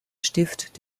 stift